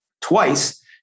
twice